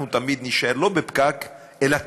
אנחנו תמיד נישאר לא בפקק אלא תקועים.